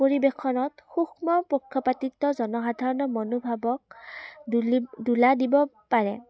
পৰিৱেশনত সূক্ষ্ম পক্ষপাতিত্ব জনসাধাৰণৰ মনোভাৱক দুলি দোলা দিব পাৰে